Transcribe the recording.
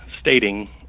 stating